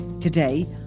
Today